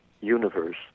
universe